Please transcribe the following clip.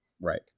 Right